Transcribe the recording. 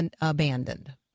abandoned